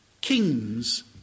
kings